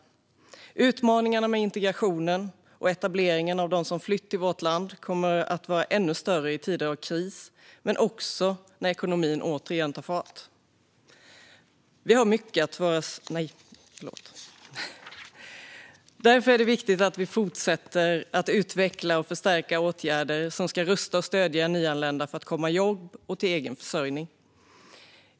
Utmaningarna med integrationen och etableringen av dem som flytt till vårt land kommer att vara ännu större i tider av kris men också när ekonomin återigen tar fart. Därför är det viktigt att vi fortsätter utveckla och förstärka åtgärder som ska rusta och stödja nyanlända för att komma i jobb och till egen försörjning.